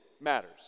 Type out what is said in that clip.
matters